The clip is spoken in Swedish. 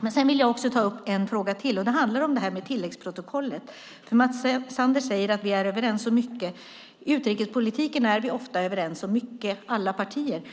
Jag vill ta upp ytterligare en fråga. Den handlar om tilläggsprotokollet. Mats Sander säger att vi är överens om mycket. I utrikespolitiken är vi i alla partier ofta överens om mycket.